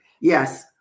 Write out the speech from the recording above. Yes